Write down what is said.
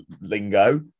lingo